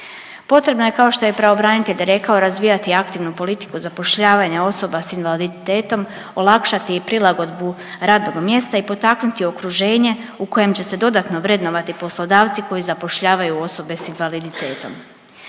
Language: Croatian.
Potrebno je kao što je i pravobranitelj rekao razvijati aktivnu politiku zapošljavanja osoba s invaliditetom, olakšati i prilagodbu radnog mjesta i potaknuti okruženje u kojem će se dodatno vrednovati poslodavci koji zapošljavaju osobe s invaliditetom.